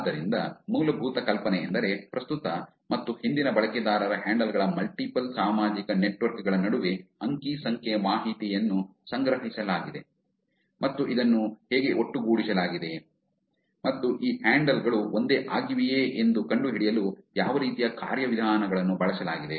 ಆದ್ದರಿಂದ ಮೂಲಭೂತ ಕಲ್ಪನೆಯೆಂದರೆ ಪ್ರಸ್ತುತ ಮತ್ತು ಹಿಂದಿನ ಬಳಕೆದಾರರ ಹ್ಯಾಂಡಲ್ಗಳ ಮಲ್ಟಿಪಲ್ ಸಾಮಾಜಿಕ ನೆಟ್ವರ್ಕ್ಗಳ ನಡುವೆ ಅಂಕಿ ಸಂಖ್ಯೆ ಮಾಹಿತಿಯನ್ನು ಸಂಗ್ರಹಿಸಲಾಗಿದೆ ಮತ್ತು ಇದನ್ನು ಹೇಗೆ ಒಟ್ಟುಗೂಡಿಸಲಾಗಿದೆ ಮತ್ತು ಈ ಹ್ಯಾಂಡಲ್ ಗಳು ಒಂದೇ ಆಗಿವೆಯೇ ಎಂದು ಕಂಡುಹಿಡಿಯಲು ಯಾವ ರೀತಿಯ ಕಾರ್ಯವಿಧಾನಗಳನ್ನು ಬಳಸಲಾಗಿದೆ